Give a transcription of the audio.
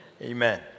Amen